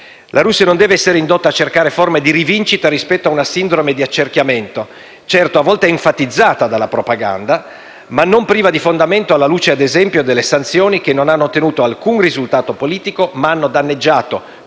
La Russia non deve essere indotta a cercare forme di rivincita rispetto a una sindrome di accerchiamento, certo a volte enfatizzata dalla propaganda, ma non priva di fondamento alla luce, ad esempio, delle sanzioni che non hanno ottenuto alcun risultato politico, ma hanno danneggiato,